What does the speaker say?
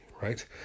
right